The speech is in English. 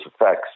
effects